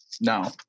no